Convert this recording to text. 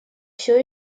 все